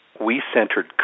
We-centered